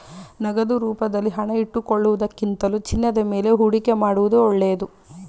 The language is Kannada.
ನಗದು ರೂಪದಲ್ಲಿ ಹಣ ಇಟ್ಟುಕೊಳ್ಳುವುದಕ್ಕಿಂತಲೂ ಚಿನ್ನದ ಮೇಲೆ ಹೂಡಿಕೆ ಮಾಡುವುದು ಒಳ್ಳೆದು